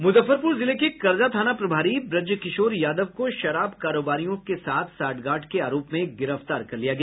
मुजफ्फरपुर जिले के करजा थाना प्रभारी ब्रजकिशोर यादव को शराब कारोबारियों के साथ सांठगांठ के आरोप में गिरफ्तार कर लिया गया